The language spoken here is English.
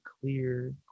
clear